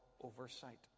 oversight